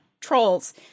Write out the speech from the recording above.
trolls